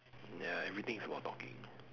ya everything is about talking